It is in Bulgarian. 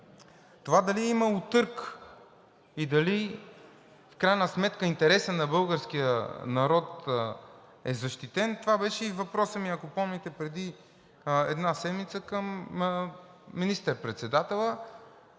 Това дали е имало търг и дали в крайна сметка интересът на българския народ е защитен, това беше и въпросът ми, ако помните, преди една седмица към министър-председателя.